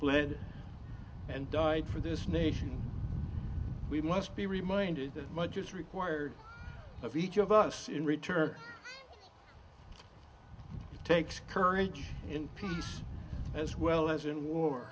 bled and died for this nation we must be reminded that much is required of each of us in return takes courage in peace as well as in war